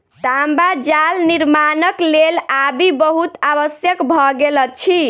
तांबा जाल निर्माणक लेल आबि बहुत आवश्यक भ गेल अछि